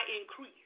increase